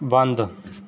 बंद